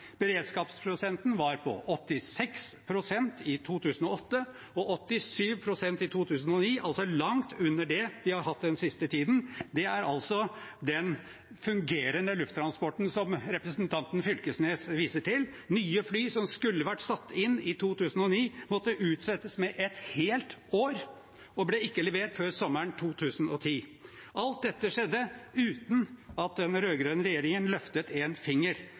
var på 86 pst. i 2008 og på 87 pst. i 2009, altså langt under det vi har hatt den siste tiden. Dette gjelder altså den fungerende Lufttransport, som representanten Knag Fylkesnes viser til. Nye fly som skulle vært satt inn i 2009, måtte utsettes med et helt år og ble ikke levert før sommeren 2010. Alt dette skjedde uten at den rød-grønne regjeringen løftet en finger,